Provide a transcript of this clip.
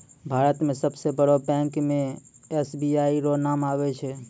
भारत मे सबसे बड़ो बैंक मे एस.बी.आई रो नाम आबै छै